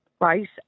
right